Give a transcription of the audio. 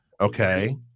Okay